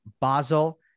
Basel